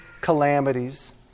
calamities